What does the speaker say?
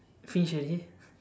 finish already